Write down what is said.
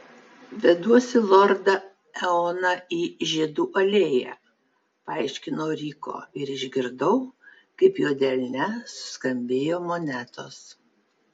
veduosi lordą eoną į žiedų alėją paaiškino ryko ir išgirdau kaip jo delne suskambėjo monetos